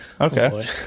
okay